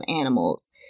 animals